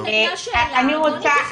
אם היא שאלה שאלה אז בוא נתייחס למקרה.